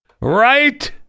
Right